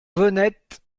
venette